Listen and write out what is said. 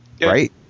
right